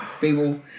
People